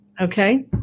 Okay